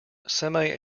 semi